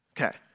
Okay